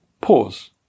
pause